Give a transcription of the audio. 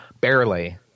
barely